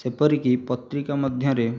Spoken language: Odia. ସେହିପରିକି ପତ୍ରିକା ମଧ୍ୟରେ